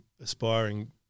aspiring